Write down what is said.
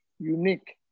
unique